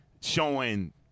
showing